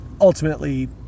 ultimately